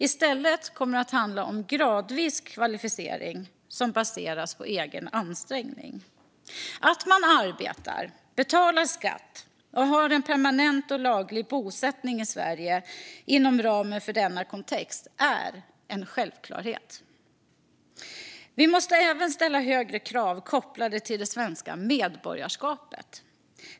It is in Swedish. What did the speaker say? I stället kommer det att handla om gradvis kvalificering som baseras på egen ansträngning. Att man arbetar, betalar skatt och har en permanent och laglig bosättning i Sverige inom ramen för denna kontext är en självklarhet. Vi måste även ställa högre krav kopplade till det svenska medborgarskapet.